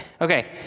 Okay